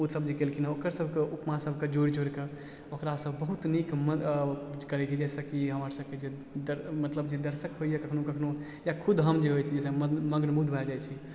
ओ सभ जे केलखिन ओकर सभके उपमा सभके जोड़ि जोड़िकऽ ओकरासँ बहुत नीक करै छी जाहिसँ कि हमर सभके जे दर मतलब जे दर्शक होइया कखनो कखनो या खुद हम जे होइ छियै से मग्नमुग्ध भए जाइ छियै